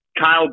Kyle